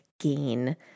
gain